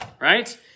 right